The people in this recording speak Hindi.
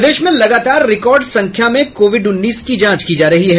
प्रदेश में लगातार रिकॉर्ड संख्या में कोविड उन्नीस की जांच की जा रही है